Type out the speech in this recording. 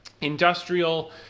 Industrial